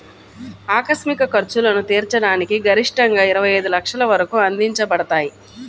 ఆకస్మిక ఖర్చులను తీర్చడానికి గరిష్టంగాఇరవై ఐదు లక్షల వరకు అందించబడతాయి